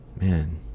man